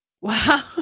wow